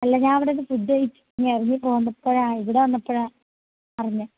അല്ല ഞാന് അവിടെനിന്ന് ഫുഡ് കഴിച്ചിട്ട് ഇറങ്ങി പോന്നപ്പോഴാണ് ഇവിടെ വന്നപ്പോഴാണ് അറിഞ്ഞത്